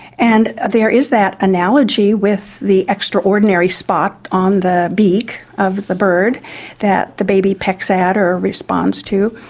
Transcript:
and there is that analogy with the extraordinary spot on the beak of the bird that the baby pecks at or responds to,